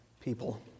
people